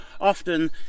Often